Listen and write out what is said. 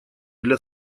для